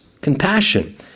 Compassion